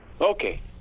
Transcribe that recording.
Okay